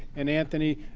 and anthony,